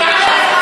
תענה על ההרתעה.